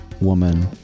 woman